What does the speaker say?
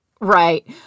Right